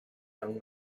young